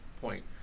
point